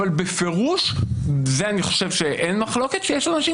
אבל בפירוש אני חושב שאין מחלוקת על כך שיש אנשים